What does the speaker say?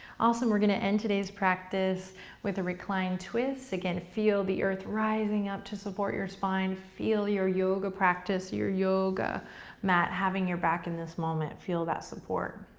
awesome, we're gonna end today's practice with a reclined twist. again, feel the earth rising up to support your spine, feel your yoga practice, your yoga mat having your back in this moment, feel that support.